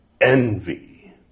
envy